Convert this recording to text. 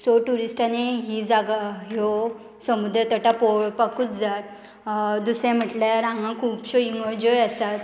so ट्युरिस्टांनी ही जागा ह्यो समुद्र तटा पळोवपाकूच जाय दुसरें म्हटल्यार हांगा खुबश्यो इंगंज्यो आसात